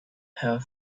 her